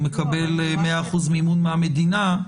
הוא מקבל 100% מימון מהמדינה,